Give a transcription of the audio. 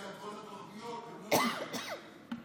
כי כרגע כל התוכניות הן לא, ואת יודעת,